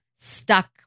stuck